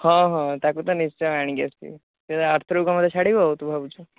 ହଁ ହଁ ତାକୁ ତ ନିଶ୍ଚୟ ଆଣି କି ଆସିବି ସେ ଆରଥରକୁ ଆଉ ମୋତେ ଛାଡ଼ିବ ତୁ ଭାବୁଛୁ